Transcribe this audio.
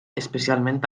especialment